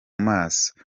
maso